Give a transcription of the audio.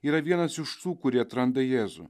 yra vienas iš tų kurie atranda jėzų